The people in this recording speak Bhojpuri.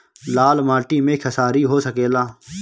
लाल माटी मे खेसारी हो सकेला?